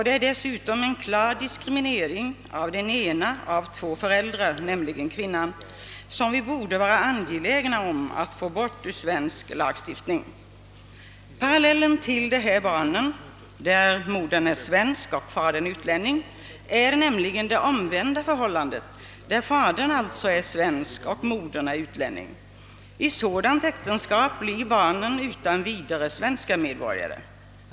Det är dessutom en klar diskriminering av den ena av två föräldrar, nämligen kvinnan, vilket vi borde vara angelägna om att få bort i svensk lagstiftning. Vid parallellen till det fall där barnets moder är svensk och fadern är utlänning är förhållandet det omvända: nämligen där fadern är svensk och modern utlänning. I ett sådant äktenskap blir barnet utan vidare svensk medborgare.